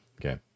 Okay